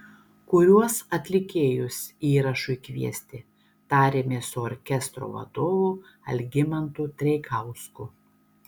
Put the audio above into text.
kuriuos atlikėjus įrašui kviesti tarėmės su orkestro vadovu algimantu treikausku